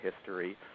history